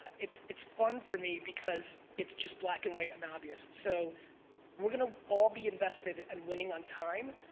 it's it's fun for me because it's just black and white and obvious so we're gonna all be invested and winning on time,